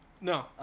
No